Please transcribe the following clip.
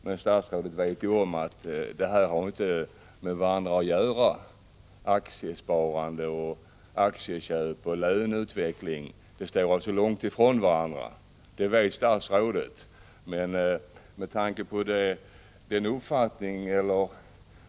Men statsrådet vet ju att aktiesparande, aktieköp och löneutveckling inte har med varandra att göra — dessa ting ligger långt från varandra.